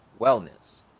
wellness